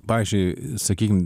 pavyzdžiui sakykim